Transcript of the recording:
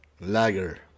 lager